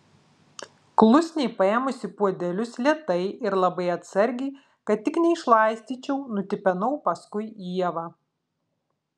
klusniai paėmusi puodelius lėtai ir labai atsargiai kad tik neišlaistyčiau nutipenau paskui ievą